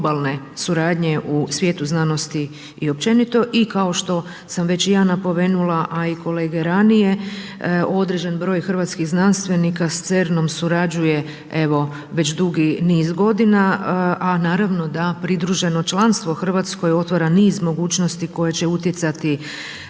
globalne suradnje u svijetu znanosti i općenito. I kao što sam već i ja napomenula a i kolege ranije određen broj hrvatskih znanstvenika sa CERN-om surađuje evo već dugi niz godina a naravno da pridruženo članstvo Hrvatskoj otvara niz mogućnosti koje će utjecati